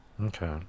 Okay